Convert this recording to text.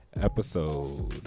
episode